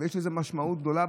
ויש לזה משמעות גדולה,